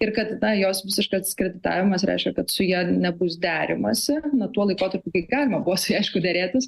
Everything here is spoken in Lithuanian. ir kad na jos visiškas diskreditavimas reiškia kad su ja nebus derimasi na tuo laikotarpiu kai galima buvo su ja aišku derėtis